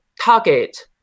target